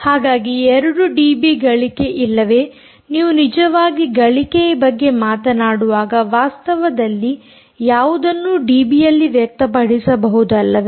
ಹಾಗಾಗಿ 2 ಡಿಬಿ ಗಳಿಕೆ ಇಲ್ಲವೇ ನೀವು ನಿಜವಾಗಿ ಗಳಿಕೆ ಬಗ್ಗೆ ಮಾತನಾಡುವಾಗ ವಾಸ್ತವದಲ್ಲಿ ಯಾವುದನ್ನೂ ಡಿಬಿ ಯಲ್ಲಿ ವ್ಯಕ್ತಪಡಿಸಬಹುದು ಅಲ್ಲವೇ